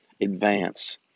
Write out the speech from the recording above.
advance